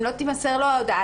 אם לא תימסר לו ההודעה,